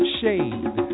shade